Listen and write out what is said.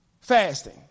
Fasting